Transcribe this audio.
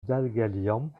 dalgalian